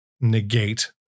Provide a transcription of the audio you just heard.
negate